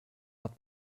hat